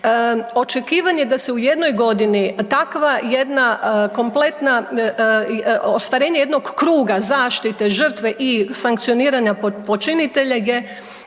takva jedna kompletna, ostvarenje jednog kruga zaštite žrtve i sankcioniranja počinitelja je